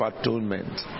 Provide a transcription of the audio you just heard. atonement